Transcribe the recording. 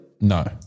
No